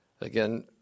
again